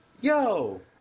Yo